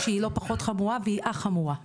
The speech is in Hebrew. שהיא לא פחות חמורה והיא החמורה,